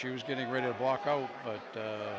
she was getting rid of walkout but